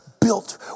built